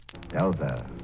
Delta